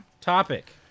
Topic